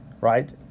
Right